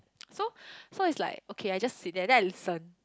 so so it's like okay I just sit there then I listen